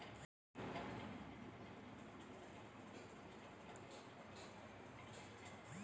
Post harvesting ఎలా చెయ్యాలే?